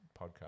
podcast